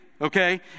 Okay